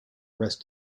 rest